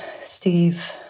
Steve